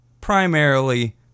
primarily